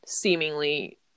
seemingly